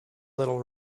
little